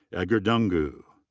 edgar ddungu.